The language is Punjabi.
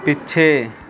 ਪਿੱਛੇ